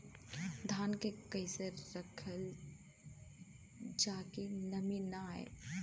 धान के कइसे रखल जाकि नमी न आए?